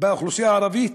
באוכלוסייה הערבית?